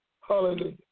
Hallelujah